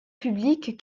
public